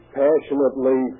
passionately